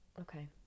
Okay